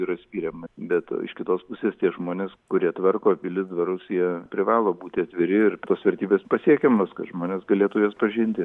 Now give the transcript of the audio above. yra skiriama bet iš kitos pusės tie žmonės kurie tvarko pilis dvarus jie privalo būti atviri ir tos vertybės pasiekiamos kad žmonės galėtų jas pažinti